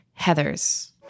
Heathers